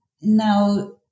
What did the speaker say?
Now